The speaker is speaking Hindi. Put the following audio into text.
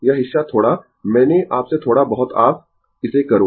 यह हिस्सा थोड़ा मैंने आपसे थोड़ा बहुत आप इसे करो